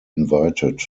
invited